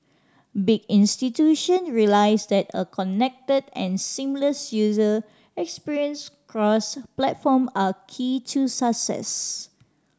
big institution realised that a connected and seamless user experience cross platform are key to success